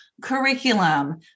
curriculum